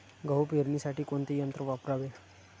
गहू पेरणीसाठी कोणते यंत्र वापरावे?